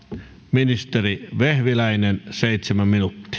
ministeri vehviläinen seitsemän minuuttia